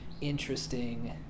interesting